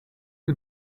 who